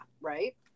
right